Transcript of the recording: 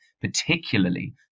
particularly